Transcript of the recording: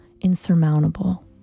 insurmountable